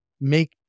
make